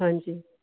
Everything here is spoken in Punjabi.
ਹਾਂਜੀ